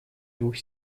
двух